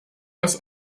das